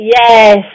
Yes